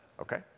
Okay